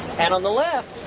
and on the left,